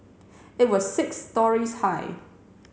it was six storeys high